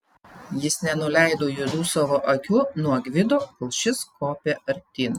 jis nenuleido juodų savo akių nuo gvido kol šis kopė artyn